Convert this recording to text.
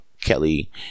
Kelly